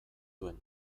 duen